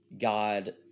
God